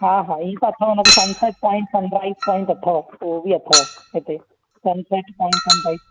हा हा ईअं त अथव sunset point sunrise point अथव उहो बि अथव हिते सन सेट पोइंट सन राइस